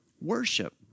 worship